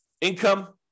Income